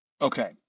okay